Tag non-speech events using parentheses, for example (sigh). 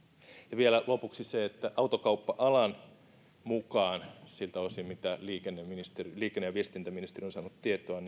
ja vielä lopuksi se että autokauppa alan mukaan siltä osin mitä liikenne ja viestintäministeriö on saanut tietoa (unintelligible)